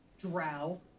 Drow